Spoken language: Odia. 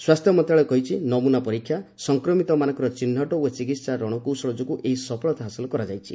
ସ୍ୱାସ୍ଥ୍ୟ ମନ୍ତ୍ରଣାଳୟ କହିଛି ନମ୍ବନା ପରୀକ୍ଷା ସଂକ୍ରମିତମାନଙ୍କର ଚିହ୍ନଟ ଓ ଚିକିହା ରଣକୌଶଳ ଯୋଗୁଁ ଏହି ସଫଳତା ହାସଲ କରାଯାଇଛି